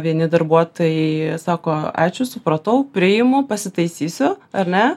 vieni darbuotojai sako ačiū supratau priimu pasitaisysiu ar ne